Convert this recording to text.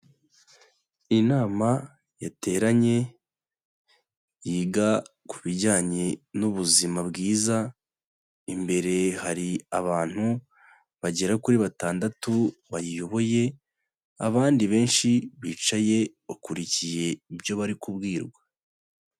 Inama yateranye yiga ku bijyanye n'ubuzima bwiza, imbere hari abantu bagera kuri batandatu bayiyoboye abandi benshi bicaye bakurikiye ibyo bari kubwirwa.